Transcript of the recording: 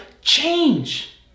change